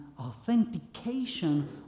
authentication